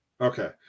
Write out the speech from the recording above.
Okay